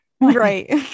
right